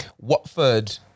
Watford